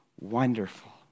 wonderful